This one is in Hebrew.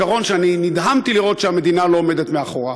זה עיקרון שאני נדהמתי לראות שהמדינה לא עומדת מאחוריו.